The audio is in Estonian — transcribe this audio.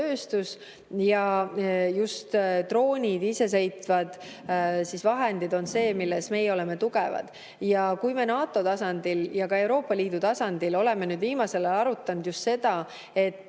ja just droonid, isesõitvad vahendid on see, milles me oleme tugevad. Kui me NATO tasandil ja ka Euroopa Liidu tasandil oleme viimasel ajal arutanud just seda, et